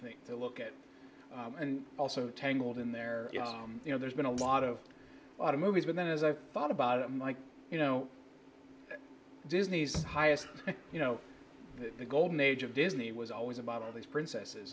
think to look at and also tangled in there you know there's been a lot of automobiles and then as i thought about it like you know disney's highest you know the golden age of disney was always about all these princesses